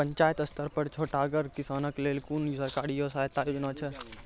पंचायत स्तर पर छोटगर किसानक लेल कुनू सरकारी सहायता योजना छै?